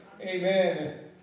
Amen